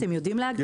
אתם יודעים להגיד?